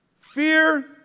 fear